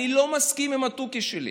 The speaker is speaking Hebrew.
אני לא מסכים עם התוכי שלי.